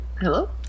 Hello